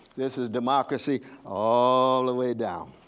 this is democracy all the way down.